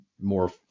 more